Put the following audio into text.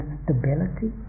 stability